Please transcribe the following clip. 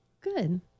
Good